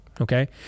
Okay